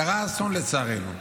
קרה אסון, לצערנו,